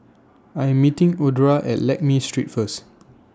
I Am meeting Audra At Lakme Street First